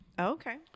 Okay